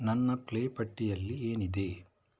ನನ್ನ ಪ್ಲೇ ಪಟ್ಟಿಯಲ್ಲಿ ಏನಿದೆ